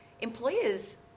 employers